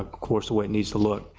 ah course way it needs to look.